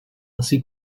ainsi